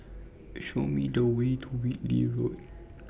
Show Me The Way to Whitley Road